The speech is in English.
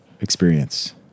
experience